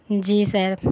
جی سر